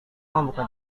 membuka